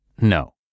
No